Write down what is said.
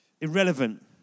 Irrelevant